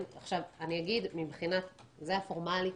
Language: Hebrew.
זו הפורמליקה.